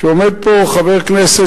כשעומד פה חבר כנסת,